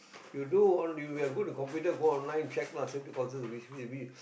you do on if you have go to computer go online check lah safety courses in which whi~